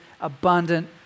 abundant